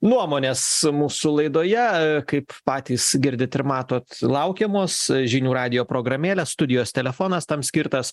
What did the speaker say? nuomonės mūsų laidoje kaip patys girdit ir matot laukiamos žinių radijo programėlės studijos telefonas tam skirtas